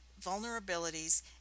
vulnerabilities